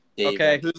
Okay